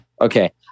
Okay